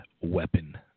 weapon